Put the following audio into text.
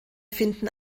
finden